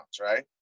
right